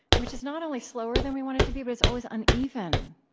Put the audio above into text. which is not only slower than we want it to be, but it's always uneven.